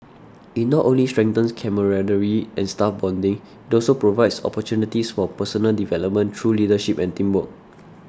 it not only strengthens camaraderie and staff bonding it also provides opportunities for personal development through leadership and teamwork